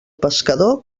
pescador